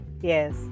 Yes